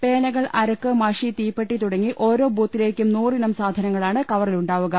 പേനകൾ അര ക്ക് മഷി തീപ്പെട്ടി തുടങ്ങി ഓരോ ബൂത്തിലേക്കും നൂറിനം സാധനങ്ങളാണ് കവറിലുണ്ടാവുക